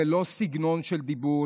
זה לא סגנון של דיבור.